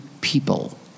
people